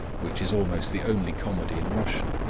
which is almost the only comedy in russian.